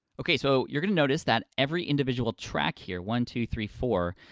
okay, so you're gonna notice that every individual track here, one two three four,